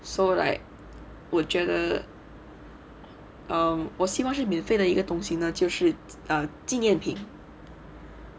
so like 我觉得 um 我希望是免费的一个东西呢就是 err 纪念品